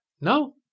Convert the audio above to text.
No